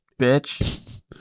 bitch